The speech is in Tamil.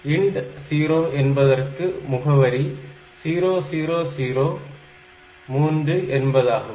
INT0 என்பதற்கு முகவரி 0003 என்பதாகும்